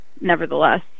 nevertheless